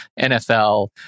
NFL